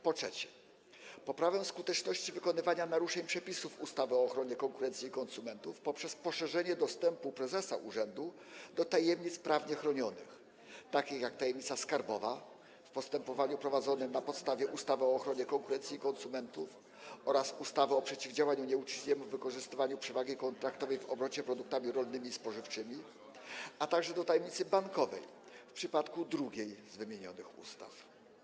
Po trzecie, chodzi o poprawę skuteczności wykrywania naruszeń przepisów ustawy o ochronie konkurencji i konsumentów poprzez poszerzenie dostępu prezesa urzędu do tajemnic prawnie chronionych, takich jak tajemnica skarbowa w postępowaniach prowadzonych na podstawie ustawy o ochronie konkurencji i konsumentów oraz ustawy o przeciwdziałaniu nieuczciwemu wykorzystywaniu przewagi kontraktowej w obrocie produktami rolnymi i spożywczymi, a także do tajemnicy bankowej w przypadku drugiej z wymienionych ustaw.